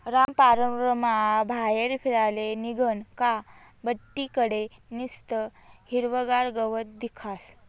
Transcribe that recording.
रामपाररमा बाहेर फिराले निंघनं का बठ्ठी कडे निस्तं हिरवंगार गवत दखास